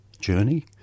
journey